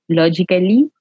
logically